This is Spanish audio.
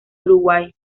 uruguay